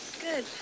Good